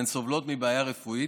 והן סובלות מבעיה רפואית,